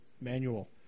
manual